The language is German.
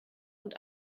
und